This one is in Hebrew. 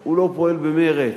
הוא לא פועל במרץ.